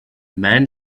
man